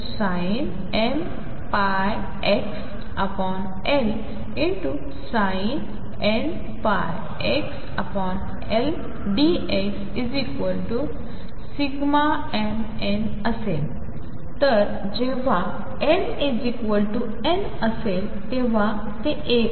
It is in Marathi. असेल तर जेव्हा m n असेल तेव्हा ते 1